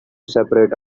separate